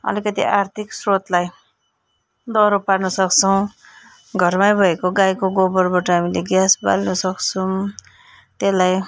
अलिकति आर्थिक स्रोतलाई दह्रो पार्न सक्छौँ घरमै भएको गाईको गोबरबाट हामीले ग्यास बाल्न सक्छौँ त्यसलाई